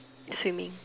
swimming